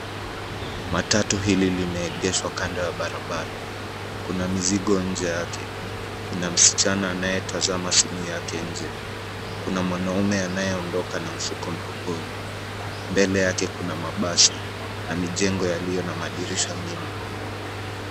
Matatu hili limeegeshwa kando ya barabara. Kuna mizigo nje yake, kuna msichana anayetazama simu yake nje, kuna mwanaume anayeondoka na mfuko mgogoni. Mbele yake kuna mabasi na mijengo yaliyo na madirisha mengi.